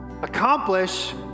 accomplish